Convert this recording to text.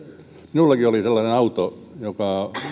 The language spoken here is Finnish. minullakin oli sellainen auto joka